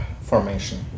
formation